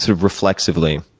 sort of reflexively.